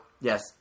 yes